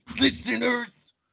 Listeners